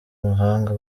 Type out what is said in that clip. mahanga